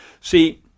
See